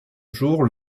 jour